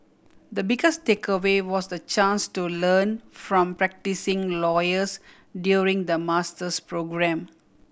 the biggest takeaway was the chance to learn from practising lawyers during the master's programme